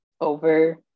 over